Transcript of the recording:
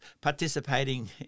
participating